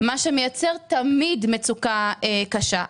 מה שמייצר תמיד מצוקה קשה.